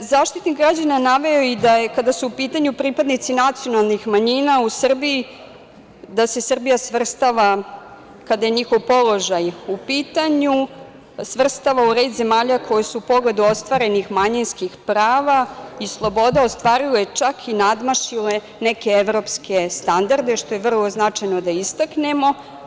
Zaštitnik građana je naveo da kada su u pitanju pripadnici nacionalnih manjina u Srbiji, da se Srbija svrstava, kada je njihov položaj u pitanju, u red zemalja koje su u pogledu ostvarenih manjinskih prava i sloboda ostvarile, čak i nadmašile neke evropske standarde, što je vrlo značajno da istaknemo.